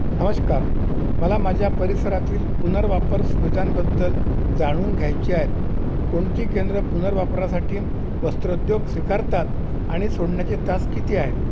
नमस्कार मला माझ्या परिसरातील पुनर्वापर सुविधांबद्दल जाणून घ्यायचे आहेत कोणती केंद्र पुनर्वापरासाठी वस्त्रोद्योग स्वीकारतात आणि सोडण्याचे तास किती आहेत